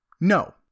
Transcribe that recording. No